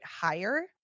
higher